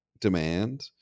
demand